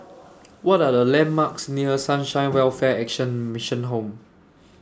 What Are The landmarks near Sunshine Welfare Action Mission Home